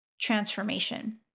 transformation